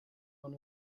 one